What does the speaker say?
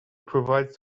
provides